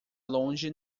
longe